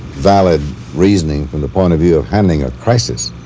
valid reasoning from the point of view of handling a crisis